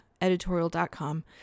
editorial.com